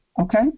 Okay